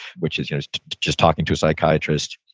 which is you know just talking to a psychiatrist,